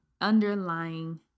underlying